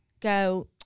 go